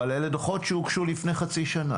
אבל אלה דוחות שהוגשו לפני חצי שנה,